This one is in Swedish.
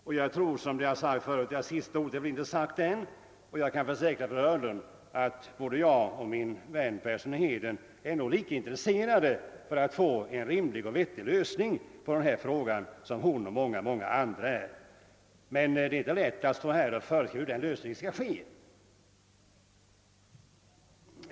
Som herr Magnusson i Borås framhöll är sista ordet ännu inte sagt, och jag kan försäkra fru Hörnlund, att både jag och min vän herr Persson i Heden är lika intresserade av att få en rimlig och vettig lösning på denna fråga som hon och många andra.